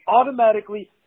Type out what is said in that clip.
automatically